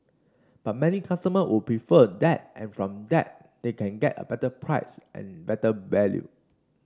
but many customers would prefer that and from that they get a better price and better value